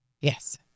Yes